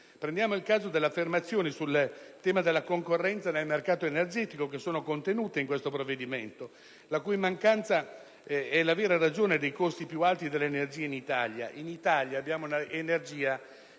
Prendiamo il caso delle affermazioni sul tema della concorrenza nel mercato energetico contenute in questo provvedimento, la cui mancanza è la vera ragione dei costi più alti dell'energia in Italia. In Italia i costi dell'energia